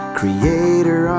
creator